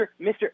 Mr